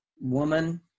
woman